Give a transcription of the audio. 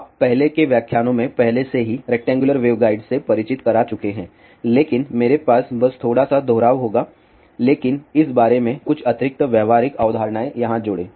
आप पहले के व्याख्यानों में पहले से ही रेक्टैंगुलर वेवगाइड से परिचित करा चुके हैं लेकिन मेरे पास बस थोड़ा सा दोहराव होगा लेकिन इस बारे में कुछ अतिरिक्त व्यावहारिक अवधारणाएँ यहाँ जोड़ें